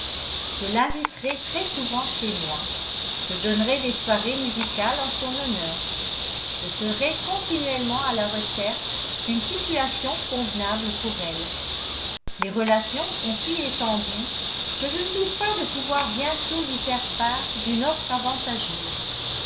je l'inviterai très souvent chez moi je donnerai des soirées musicales en son honneur je serai continuellement à la recherche d'une situation convenable pour elle mes relations sont si étendues que je ne doute pas de pouvoir bientôt lui faire part d'une offre avantageuse